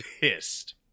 pissed